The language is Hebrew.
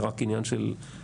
זה רק של עניין לתעדף.